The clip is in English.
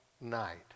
night